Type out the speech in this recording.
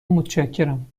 متشکرم